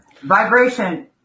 Vibration